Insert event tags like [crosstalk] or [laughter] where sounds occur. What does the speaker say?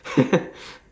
[laughs]